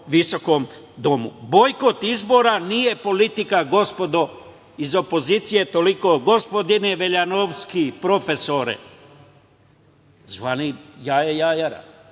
visokom domu. Bojkot izbora nije politika, gospodo iz opozicije. Gospodine Veljanovski, prefesore, zvani jaje-jajara